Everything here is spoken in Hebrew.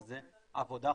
וזו עבודה,